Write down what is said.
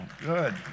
good